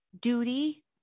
duty